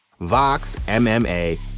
VOXMMA